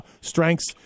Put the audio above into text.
strengths